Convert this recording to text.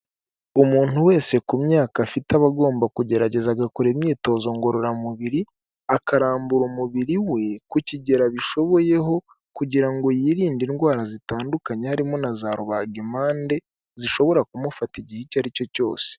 Umuntu wese ku myaka afite aba agomba kugerageza agakora imyitozo ngororamubiri, akarambura umubiri we ku kigero abishoboyeho, kugira ngo yirinde indwara zitandukanye harimo na za rubagimpande zishobora kumufata igihe icyo ari cyo cyose.